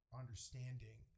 understanding